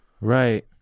Right